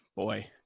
Boy